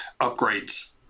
upgrades